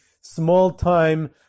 small-time